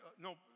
No